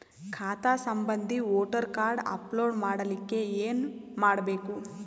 ಖಾತಾ ಸಂಬಂಧಿ voter card upload ಮಾಡಲಿಕ್ಕೆ ಏನ ಮಾಡಬೇಕು?